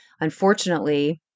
unfortunately